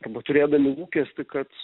arba turėdami lūkestį kad